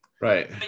right